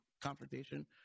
confrontation –